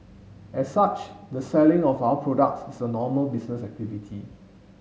as such the selling of our products is a normal business activity